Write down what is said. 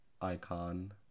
icon